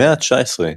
במאה ה-19,